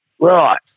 Right